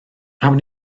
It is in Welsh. awn